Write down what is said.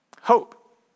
hope